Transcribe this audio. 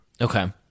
Okay